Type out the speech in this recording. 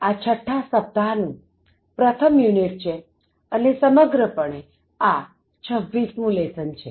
આ છઠ્ઠા સપ્તાહ નું પ્રથમ યુનિટ છેઅને સમગ્ર પણે આ 26 મું લેસન છે